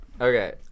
okay